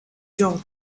dot